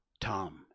tom